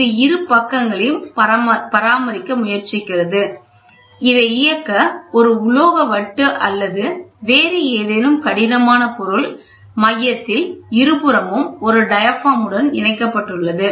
இது இரு பக்கங்களையும் பராமரிக்க முயற்சிக்கிறது இதை இயக்க ஒரு உலோக வட்டு அல்லது வேறு ஏதேனும் கடினமான பொருள் மையத்தில் இருபுறமும் ஒரு டயாபிராம் உடனும் இணைக்கப்பட்டுள்ளது